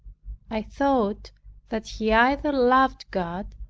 i thought that he either loved god,